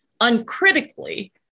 uncritically